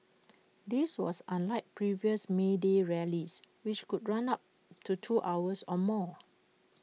this was unlike previous may day rallies which could run up to two hours or more